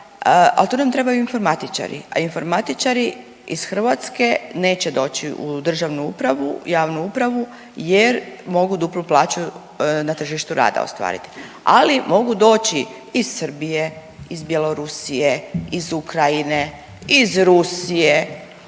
a tu nam trebaju informatičari, a informatičari iz Hrvatske neće doći u državnu upravu i javnu upravu jer mogu duplu plaću na tržištu rada ostvariti, ali mogu doći iz Srbije, iz Bjelorusije, iz Ukrajine, iz Rusije,